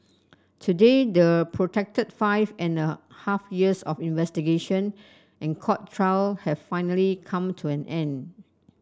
today the protracted five and a half years of investigation and court trial have finally come to an end